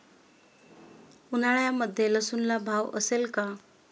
उन्हाळ्यामध्ये लसूणला भाव असेल का?